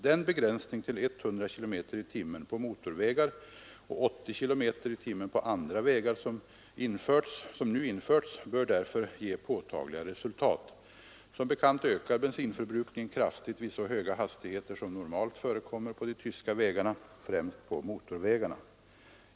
Den begränsning till 100 km tim på andra vägar som nu införts bör därför ge påtagliga resultat. Som bekant ökar bensinförbrukningen kraftigt vid så höga hastigheter som normalt förekommer på de tyska vägarna, främst på motorvägarna.